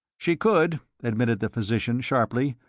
she could, admitted the physician, sharply,